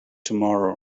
tomorrow